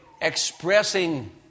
expressing